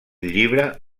llibre